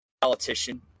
politician